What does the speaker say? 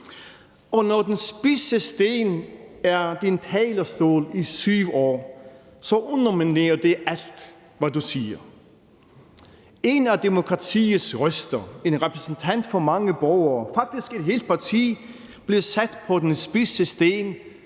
Og når den spidse sten er din talerstol i 7 år, underminerer det alt, hvad du siger. En af demokratiets røster, en repræsentant for mange borgere – og faktisk et helt parti – blev sat på den spidse sten